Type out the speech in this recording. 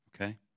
Okay